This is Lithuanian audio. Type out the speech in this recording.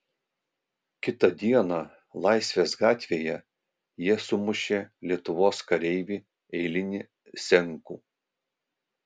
kitą dieną laisvės gatvėje jie sumušė lietuvos kareivį eilinį senkų